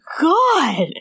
God